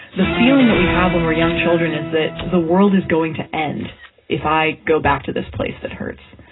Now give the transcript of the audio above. the feeling that we have when we're young children is that the world is going to end if i go back to this place that hurts.